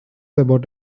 about